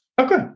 okay